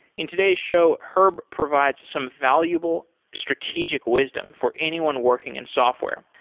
in today's show, herb provides some valuable strategic wisdom for anyone working in software,